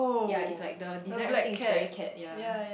ya it's like the design everything is very cat ya